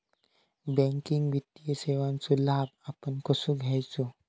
Banking वित्तीय सेवाचो लाभ आपण कसो घेयाचो?